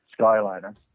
Skyliner